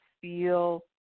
feel